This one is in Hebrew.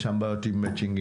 יש שם בעיות עם מצ'ינג,